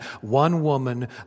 one-woman